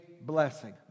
blessing